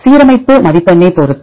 சீரமைப்பு மதிப்பெண்ணை பொறுத்து